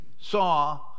saw